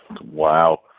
Wow